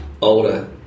older